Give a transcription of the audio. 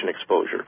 exposure